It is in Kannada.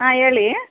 ಹಾಂ ಹೇಳಿ